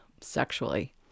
sexually